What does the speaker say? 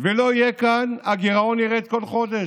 לא יהיה כאן, הגירעון ירד כל חודש,